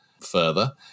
further